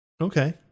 Okay